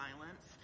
violence